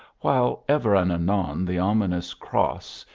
while ever and anon, the ominous cross,